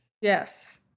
Yes